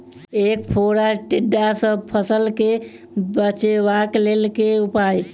ऐंख फोड़ा टिड्डा सँ फसल केँ बचेबाक लेल केँ उपाय?